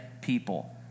people